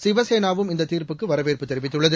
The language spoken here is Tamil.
சிவசேனாவும் இந்த தீர்ப்புக்கு வரவேற்பு தெரிவித்துள்ளது